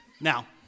Now